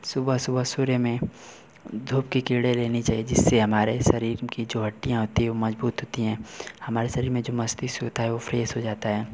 सुबह सुबह सुर्य में धूप की किरणें लेनी चाहिए जिससे हमारे शरीर की जो हड्डियाँ होती है वो मज़बूत होती हैं हमारे शरीर में जो मस्तिष्क होता है वह फ्रेस हो जाता है